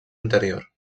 anterior